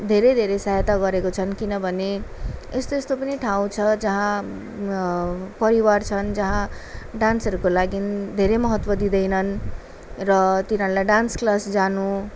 धेरै धेरै सहायता गरेको छन् किनभने यस्तो यस्तो पनि ठाउँ छ जहाँ परिवार छन् जहाँ डान्सहरूको लागि धेरै महत्त्व दिँदैनन् र तिनीहरूलाई डान्स क्लास जानु